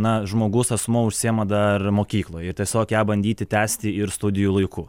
na žmogaus asmuo užsiima dar mokykloj ir tiesiog ją bandyti tęsti ir studijų laiku